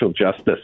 justice